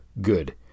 good